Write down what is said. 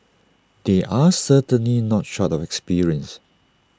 they are certainly not short of experience